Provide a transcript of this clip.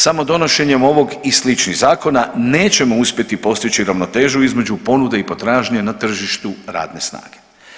Samo donošenjem ovog i sličnih zakona nećemo uspjeti postići ravnotežu između ponude i potražnje na tržištu radne snage.